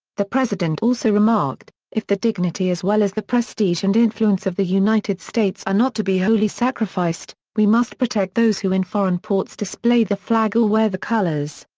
the president also remarked, if the dignity as well as the prestige and influence of the united states are not to be wholly sacrificed, we must protect those who in foreign ports display the flag or wear the colors.